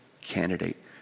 candidate